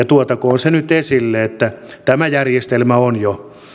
tuotakoon se nyt esille että tämä järjestelmä on jo